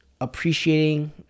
appreciating